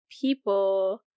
people